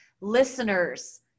listeners